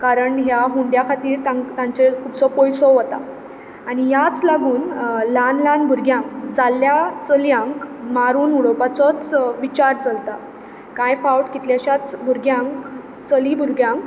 कारण ह्या हुंड्या खातीर तांचेर खुबसो पयसो वता आनी ह्याच लागून ल्हान ल्हान भुरग्यांक जाल्ल्या चलयांक मारून उडोवपाचोच विचार चलता कांय फावट कितल्याश्याच भुरग्यांक चली भुरग्यांक